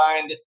find